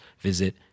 visit